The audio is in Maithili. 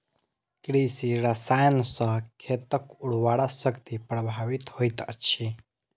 कृषि रसायन सॅ खेतक उर्वरा शक्ति प्रभावित होइत अछि